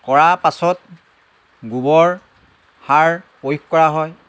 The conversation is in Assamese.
কৰা পাছত গোবৰ সাৰ প্ৰয়োগ কৰা হয়